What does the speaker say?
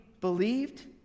Believed